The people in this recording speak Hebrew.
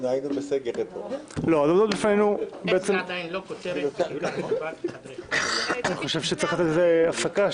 --- לא כותרת --- אני חושב שצריך לתת לזה הפסקה,